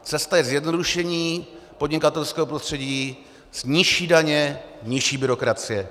Cesta je zjednodušení podnikatelského prostředí, nižší daně, nižší byrokracie.